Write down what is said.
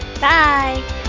bye